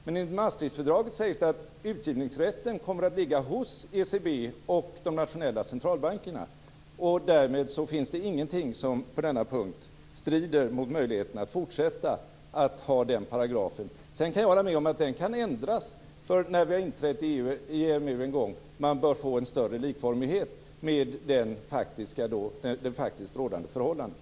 Men enligt Maastrichtfördraget sägs det att utgivningsrätten kommer att ligga hos ECB och de nationella centralbankerna. Därmed finns det ingenting som motsäger att det är möjligt att även i fortsättningen ha med den paragrafen. Jag kan hålla med om att den kan ändras när vi en gång har inträtt i EMU. Man bör få en större likformighet när det gäller de rådande förhållandena.